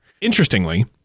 Interestingly